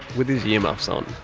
with his earmuffs on.